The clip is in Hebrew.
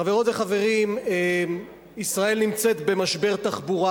חברות וחברים, ישראל נמצאת במשבר תחבורה.